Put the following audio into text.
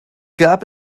gab